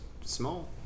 small